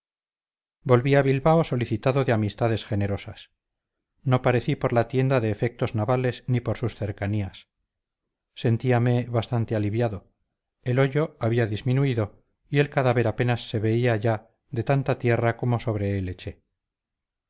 volví a bilbao solicitado de amistades generosas no parecí por la tienda de efectos navales ni por sus cercanías sentíame bastante aliviado el hoyo había disminuido y el cadáver apenas se veía ya de tanta tierra como sobre